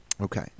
Okay